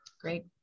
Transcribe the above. Great